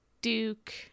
Duke